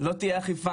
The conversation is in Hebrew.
לא תהיה אכיפה,